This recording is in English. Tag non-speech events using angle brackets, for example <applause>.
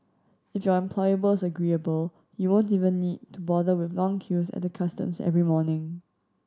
if your employer <unintelligible> agreeable you won't even need to bother with the long queues at the customs every morning